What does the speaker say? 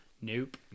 Nope